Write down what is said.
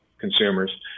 consumers